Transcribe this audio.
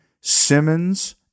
Simmons